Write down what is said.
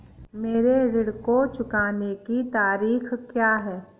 मेरे ऋण को चुकाने की तारीख़ क्या है?